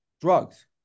drugs